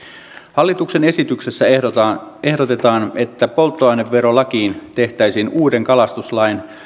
hallituksen esityksessä ehdotetaan ehdotetaan että polttoaineverolakiin tehtäisiin uuden kalastuslain